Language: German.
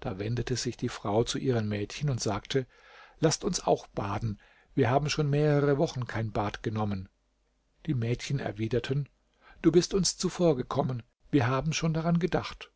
da wendete sich die frau zu ihren mädchen und sagte laßt uns auch baden wir haben schon mehrere wochen kein bad genommen die mädchen erwiderten du bist uns zuvorgekommen wir haben schon daran gedacht